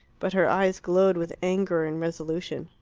but her eyes glowed with anger and resolution.